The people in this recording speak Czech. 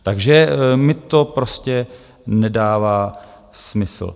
Takže mi to prostě nedává smysl.